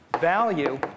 value